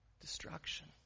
Destruction